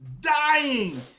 dying